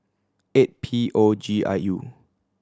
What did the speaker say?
eight P O G I U